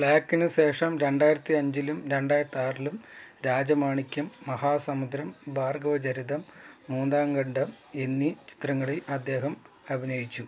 ബ്ലാക്കിന് ശേഷം രണ്ടായിരത്തിയഞ്ചിലും രണ്ടായിരത്താറിലും രാജമാണിക്യം മഹാസമുദ്രം ഭാർഗവചരിതം മൂന്നാംഖണ്ഡം എന്നീ ചിത്രങ്ങളിൽ അദ്ദേഹം അഭിനയിച്ചു